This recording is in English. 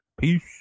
Peace